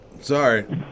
Sorry